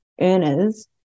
earners